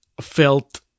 felt